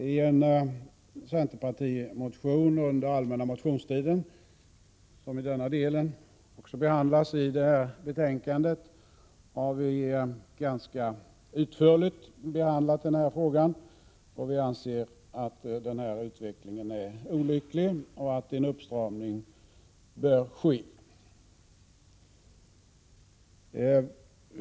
I en centerpartimotion som väcktes under den allmänna motionstiden och som i denna del behandlas i betänkandet har vi ganska utförligt berört den här frågan. Vi anser att denna utveckling är olycklig och att en uppstramning bör ske.